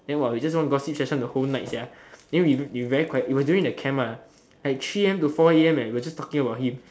then while we just one gossip session the whole night sia then we we very quiet it was during the camp ah like three a_m to four a_m and we were just talking about him